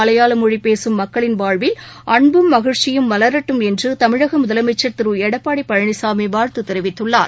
மலையாளமொழிபேசும் மக்களின் வாழ்வில் அன்பும் மகிழ்ச்சியும் மலரட்டும் என்றுதமிழகமுதலமைச்சர் திருஎடப்பாடிபழனிசாமிவாழ்த்துதெரிவித்துள்ளார்